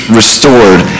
restored